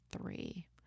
three